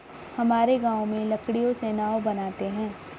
हमारे गांव में लकड़ियों से नाव बनते हैं